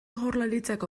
jaurlaritzako